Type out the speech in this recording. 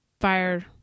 fire